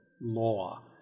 law